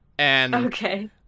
Okay